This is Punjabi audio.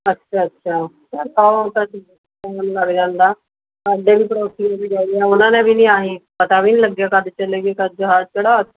ਅੱਛਾ ਅੱਛਾ ਲੱਗ ਜਾਂਦਾ ਸਾਡੇ ਵੀ ਪੜੋਸੀਆਂ ਦੇ ਗਏ ਆ ਉਨ੍ਹਾਂ ਨੇ ਵੀ ਨਹੀਂ ਆਹੀ ਪਤਾ ਵੀ ਨਹੀਂ ਲੱਗਿਆ ਕਦ ਚਲੇ ਗਏ ਕਦ ਜਹਾਜ਼ ਚੜ੍ਹਾ ਤੇ